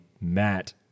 Matt